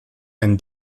ein